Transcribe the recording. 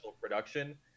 production